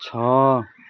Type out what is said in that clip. छ